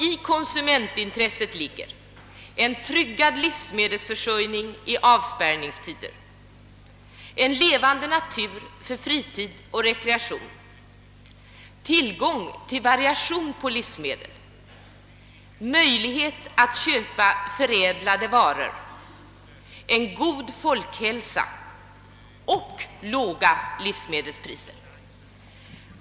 I konsumentintresset ligger en tryggad livsmedelsförsörjning i avspärrningstider, en levande natur för fritid och rekreation, tillgång till variation på livsmedel, möjlighet att köpa förädlade varor, en god folkhälsa och låga livsmedelspriser.